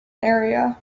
area